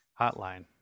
hotline